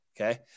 okay